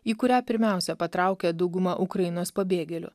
į kurią pirmiausia patraukė dauguma ukrainos pabėgėlių